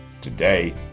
Today